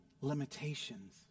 limitations